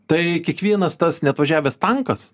tai kiekvienas tas neatvažiavęs tankas